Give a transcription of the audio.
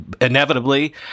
inevitably